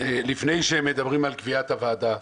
לפני שמדברים על קביעת הוועדה,